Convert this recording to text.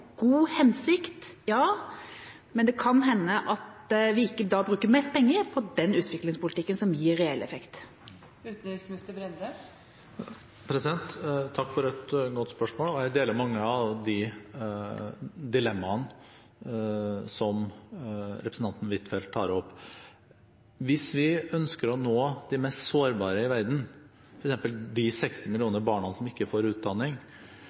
god hensikt – ja, men det kan hende at vi ikke da bruker mest penger på den utviklingspolitikken som gir reell effekt. Takk for et godt spørsmål, og jeg deler mange av de dilemmaene som representanten Huitfeldt tar opp. Hvis vi ønsker å nå de mest sårbare i verden, f.eks. de 16 millioner barna som ikke får utdanning